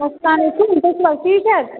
اسلام علیکُم تُہۍ چھِو حظ ٹھیٖک پٲٹھۍ